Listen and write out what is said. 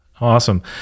Awesome